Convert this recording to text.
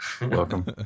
Welcome